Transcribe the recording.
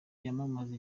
yamamaza